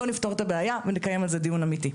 בוא נפתור את הבעיה ונקיים על זה דיון אמיתי.